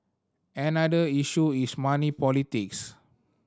another issue is money politics